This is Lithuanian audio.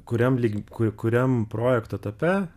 kuriam lyg kuriam projekto etape